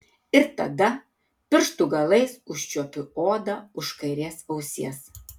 ir tada pirštų galais užčiuopiu odą už kairės ausies